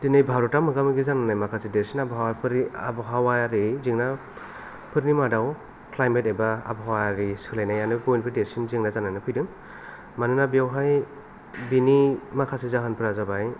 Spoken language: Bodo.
दिनै भारता मोगा मोगि जानांनाय माखासे देरसिन आबहावाफोरि आबहावायारि जेंनाफोरनि मादाव क्लाइमेट एबा आबहावायारि सोलायनायानो बयनिफ्राय देरसिन जेंना जानानै फैदों मानोना बेयावहाय बेनि माखासे जाहोनफोरा जाबाय